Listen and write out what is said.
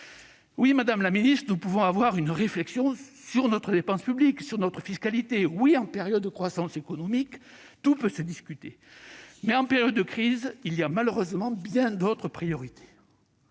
Oui, madame la secrétaire d'État, nous pouvons avoir une réflexion sur notre dépense publique et sur notre fiscalité ; oui, en période de croissance économique, tout peut se discuter. Mais, en période de crise, il y a malheureusement bien d'autres priorités.